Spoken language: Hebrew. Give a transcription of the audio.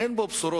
אין בו בשורות.